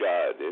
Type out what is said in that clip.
God